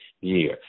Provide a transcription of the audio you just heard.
year